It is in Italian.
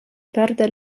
perde